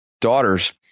daughters